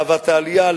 לאהבת העלייה,